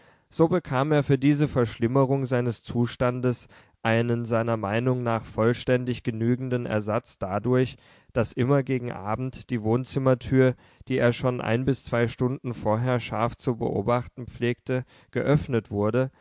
so bekam er für diese verschlimmerung seines zustandes einen seiner meinung nach vollständig genügenden ersatz dadurch daß immer gegen abend die wohnzimmertür die er schon ein bis zwei stunden vorher scharf zu beobachten pflegte geöffnet wurde